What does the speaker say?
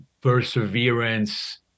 perseverance